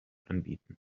anbieten